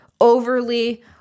overly